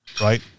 right